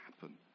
happen